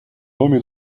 nome